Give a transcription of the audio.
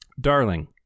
darling